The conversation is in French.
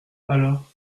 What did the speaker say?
alors